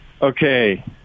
okay